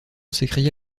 s’écria